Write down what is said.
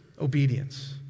obedience